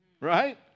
Right